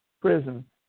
prison